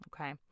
Okay